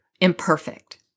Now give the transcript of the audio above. imperfect